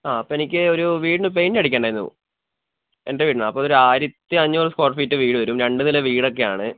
ആ അപ്പെനിക്ക് ഒരു വീടിന് പെയിൻ്റടിക്കാനുണ്ടായിരുന്നു എൻ്റെ വീടിനാണ് അപ്പോൾ ഒരു ആയിരത്തി അഞ്ഞൂറ് സ്ക്വയർ ഫീറ്റ് വീട് വരും രണ്ടു നില വീടൊക്കെയാണ്